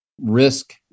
risk